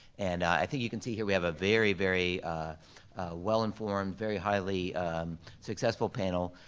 and i think you can see here we have a very, very well-informed, very highly successful panel,